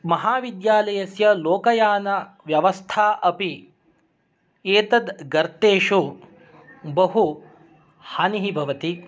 महाविद्यालयस्य लोकयानव्यवस्था अपि एतद्गर्तेषु बहु हानिः भवति